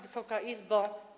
Wysoka Izbo!